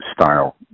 style